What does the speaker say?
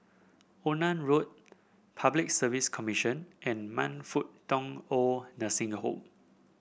Onan Road Public Service Commission and Man Fut Tong Old Nursing Home